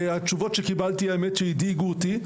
והתשובות שקיבלתי הדאיגו אותי,